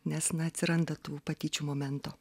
nes na atsiranda tų patyčių momento